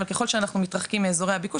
אבל ככל שאנחנו מתרחקים מאזורי הביקוש,